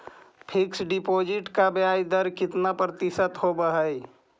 Fix deposit का ब्याज दर कितना प्रतिशत होब है?